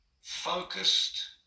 Focused